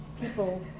people